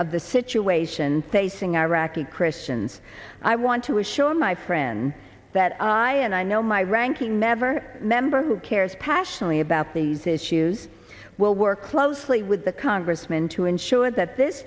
of the situation facing iraqi christians i want to assure my friends that i and i know my ranking member member who cares passionately about these issues will work closely with the congressman to ensure that this